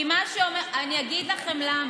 אני אגיד לכם למה: